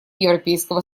европейского